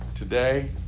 Today